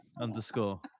underscore